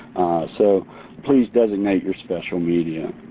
so please designate your special media.